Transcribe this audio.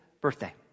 birthday